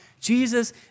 Jesus